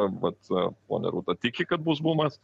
vat ponia rūta tiki kad bus bumas